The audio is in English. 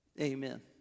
Amen